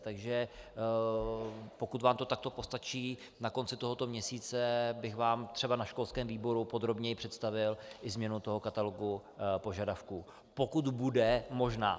Takže pokud vám to takto postačí, na konci tohoto měsíce bych vám třeba na školském výboru podrobněji představil i změnu katalogu požadavků, pokud bude možná.